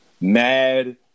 mad